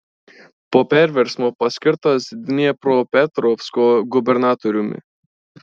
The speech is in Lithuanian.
po perversmo paskirtas dniepropetrovsko gubernatoriumi